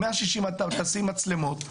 אם תשים בכביש 160 מצלמות,